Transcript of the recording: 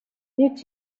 هیچ